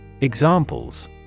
Examples